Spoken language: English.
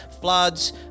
floods